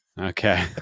Okay